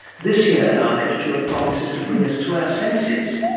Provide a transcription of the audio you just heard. this year, our lecturer promises to bring us to our senses.